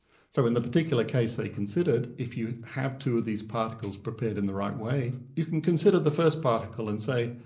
so in the particular case they considered, if you have two of these particles prepared in the right way, you can consider the first particle and say,